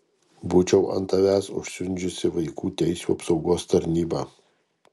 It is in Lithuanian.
būčiau ant tavęs užsiundžiusi vaikų teisių apsaugos tarnybą